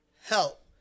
help